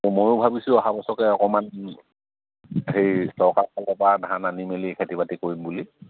ময়ো ভাবিছোঁ অহা বছৰকৈ অকণমান সেই চৰকাৰৰ ফালৰ পৰা ধান আনি মেলি খেতি বাতি কৰিম বুলি